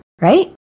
right